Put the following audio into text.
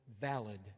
valid